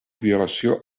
violació